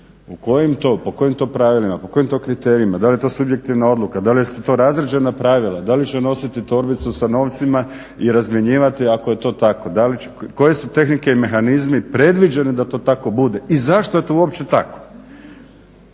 Po kojim to pravilima, po kojim to kriterijima, da li je to subjektivna odluka, da li su to razrađena pravila, da li će nositi torbicu sa novcima i razmjenjivati ako je to tako. Koje su tehnike i mehanizmi predviđeni da to tako bude i zašto je to uopće tako.